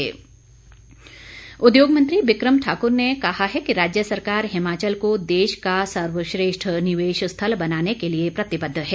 बिक्रम ठाक्र उद्योग मंत्री बिकम ठाकुर ने कहा है कि राज्य सरकार हिमाचल को देश का सर्वश्रेष्ठ निवेश स्थल बनाने के लिए प्रतिबद्ध है